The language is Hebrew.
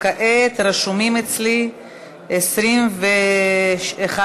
כעת רשומים אצלי 21 דוברים.